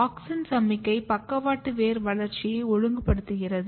auxin சமிக்ஞை பக்கவாட்டு வேர் வளர்ச்சியை ஒழுங்குபடுத்துகிறது